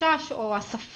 החשש או הספק